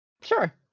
sure